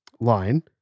line